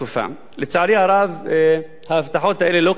לצערי הרב, ההבטחות האלה לא קוימו עד